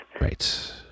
Right